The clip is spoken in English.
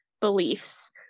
beliefs